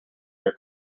your